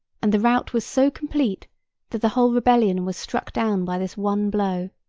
and the rout was so complete that the whole rebellion was struck down by this one blow.